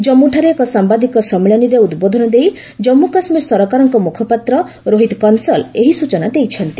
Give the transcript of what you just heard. କମ୍ମୁଠାରେ ଏକ ସାମ୍ବାଦିକ ସମ୍ମିଳନୀରେ ଉଦ୍ବୋଧନ ଦେଇ ଜନ୍ମୁ କାଶ୍ମୀର ସରକାରଙ୍କ ମୁଖପାତ୍ର ରୋହିତ କଂସଲ୍ ଏହି ସୂଚନା ଦେଇଛନ୍ତି